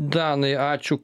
danai ačiū